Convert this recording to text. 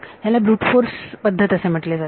ह्याला brute force पद्धत असे म्हटले जाते